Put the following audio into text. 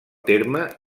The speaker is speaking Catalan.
terme